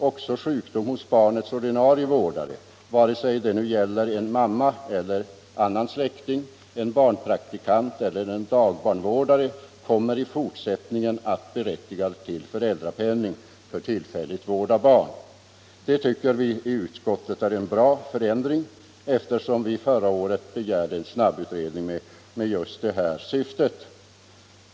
Också sjukdom hos barnets ordinarie vårdare — vare sig det gäller en mamma eller en annan släkting, en barnpraktikant eller en dagbarnvårdare —- kommer i fortsättnigen att berättiga till föräldrapenning för tillfällig vård av barn. Utskottet tycker att detta är en bra förändring, eftersom vi förra året begärde en snabbutredning med just detta syfte.